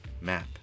Map